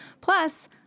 Plus